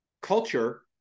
culture